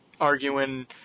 arguing